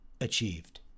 achieved